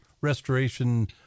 restoration